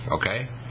Okay